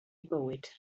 bywyd